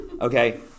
okay